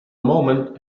moment